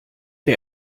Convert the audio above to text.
der